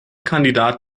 kandidat